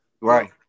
Right